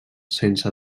sense